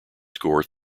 score